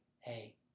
hey